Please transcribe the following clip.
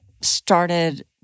started